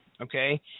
okay